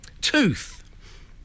Tooth